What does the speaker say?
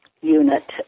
unit